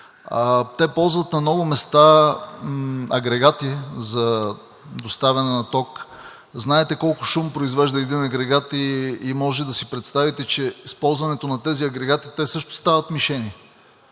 Те ползват на много места агрегати за доставяне на ток. Знаете колко шум произвежда един агрегат и може да си представите, че при използването на тези агрегати те също стават мишени.